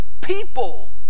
people